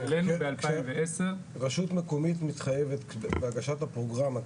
רשות מקומית מתחייבת בהגשת הפרוגרמה.